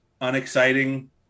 unexciting